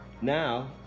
Now